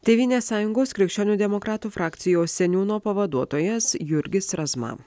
tėvynės sąjungos krikščionių demokratų frakcijos seniūno pavaduotojas jurgis razma